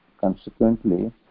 Consequently